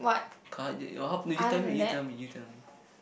car that you how you tell me you tell me you tell me